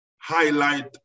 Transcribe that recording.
highlight